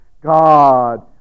God